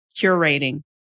curating